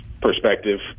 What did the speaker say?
perspective